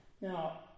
Now